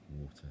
water